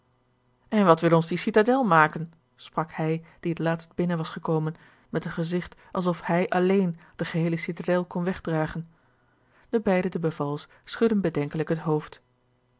en wat wil ons die citadel maken sprak hij die het laatst binnen was gekomen met een gezigt alsof hij alleen de geheele citadel kon wegdragen de beide de bevals schudden bedenkelijk het hoofd